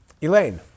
Elaine